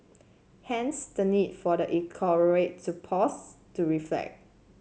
hence the need for the to pause to reflect